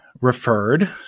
referred